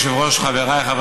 אחרי זה הצעה לסדר.